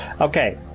Okay